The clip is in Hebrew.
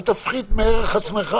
אל תפחית מערכך.